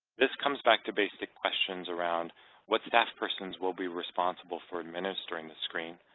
this comes back to basic questions around what staff persons will be responsible for administering the screen,